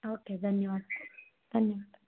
okay ధన్యవాద్ ధన్యవాద్